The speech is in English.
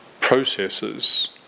processes